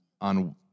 on